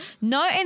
no